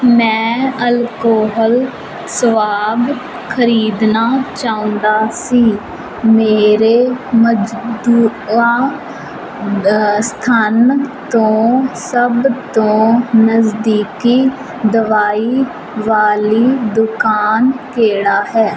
ਮੈਂ alcohol swab ਖਰੀਦਣਾ ਚਾਹੁੰਦਾ ਸੀ ਮੇਰੇ ਮੌਜੂਦਾ ਸਥਾਨ ਤੋਂ ਸਭ ਤੋਂ ਨਜ਼ਦੀਕੀ ਦਵਾਈ ਵਾਲੀ ਦੁਕਾਨ ਕਿਹੜਾ ਹੈ